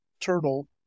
turtle